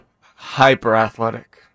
Hyper-athletic